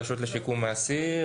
הרשות לשיקום האסיר,